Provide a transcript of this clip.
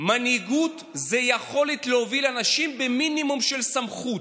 מנהיגות זה יכולת להוביל אנשים במינימום של סמכות.